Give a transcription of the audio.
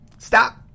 stop